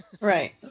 right